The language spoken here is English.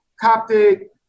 Coptic